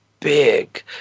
big